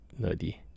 nerdy